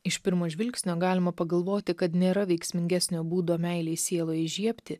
iš pirmo žvilgsnio galima pagalvoti kad nėra veiksmingesnio būdo meilei sieloje įžiebti